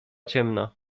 ciemna